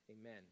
Amen